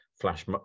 flash